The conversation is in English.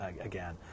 again